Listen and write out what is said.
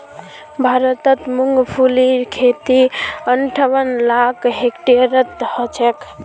भारतत मूंगफलीर खेती अंठावन लाख हेक्टेयरत ह छेक